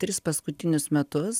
tris paskutinius metus